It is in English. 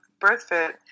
BirthFit